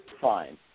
fine